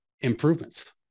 improvements